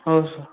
ହୋଉ ସାର୍